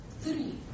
three